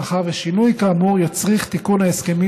מאחר ששינוי כאמור יצריך תיקון בהסכמים